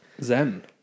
Zen